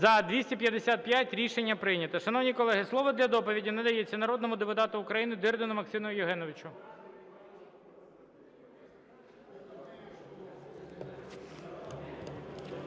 За-255 Рішення прийнято. Шановні колеги, слово для доповіді надається народному депутату України Дирдіну Максиму Євгеновичу.